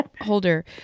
holder